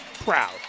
proud